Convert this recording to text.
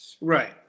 Right